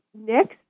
Next